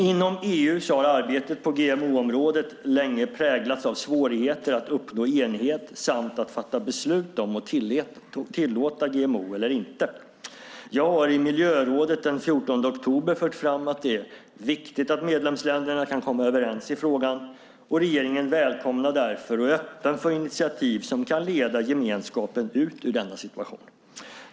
Inom EU har arbetet på GMO-området länge präglats av svårigheter att uppnå enighet samt att fatta beslut om att tillåta GMO eller inte. Jag har i miljörådet den 14 oktober fört fram att det är viktigt att medlemsländerna kan komma överens i frågan. Regeringen välkomnar därför och är öppen för initiativ som kan leda gemenskapen ut ur denna situation.